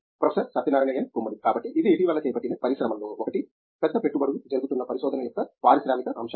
professor Satyanarayana N Gummadi కాబట్టి ఇది ఇటీవల చేపట్టిన పరిశ్రమల్లో ఒకటి పెద్ద పెట్టుబడులు జరుగుతున్న పరిశోధన యొక్క పారిశ్రామిక అంశాలు